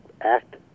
act